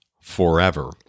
forever